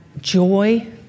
joy